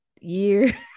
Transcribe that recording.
year